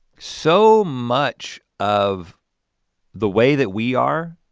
so much of the way that we are.